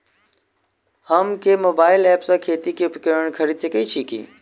हम केँ mobile app सँ खेती केँ उपकरण खरीदै सकैत छी?